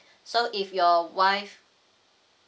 so if your wife